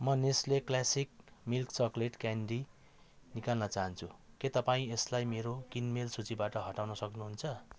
म Nestle classic milk chocolate candy निकाल्न चाहन्छु के तपाईँ यसलाई मेरो किनमेल सूचीबाट हटाउन सक्नुहुन्छ